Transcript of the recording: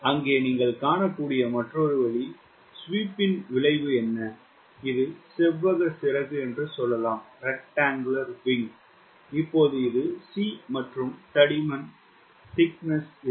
அங்கே நீங்கள் காணக்கூடிய மற்றொரு வழி ஸ்வீப்பின் விளைவு என்ன இது செவ்வக சிறகு என்று சொல்லலாம் இப்போது இது C மற்றும் தடிமன் இருக்கும்